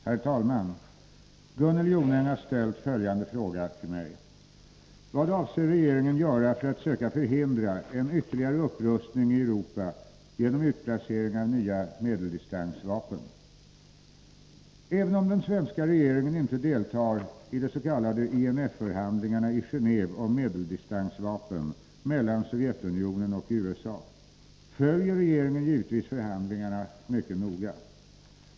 Herr talman! Gunnel Jonäng har ställt följande fråga till mig: Även om den svenska regeringen inte deltar i de s.k. INF-förhandlingarna i Geneve om medeldistansvapen mellan Sovjetunionen och USA, följer regeringen givetvis förhandlingarna mycket noga.